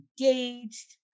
engaged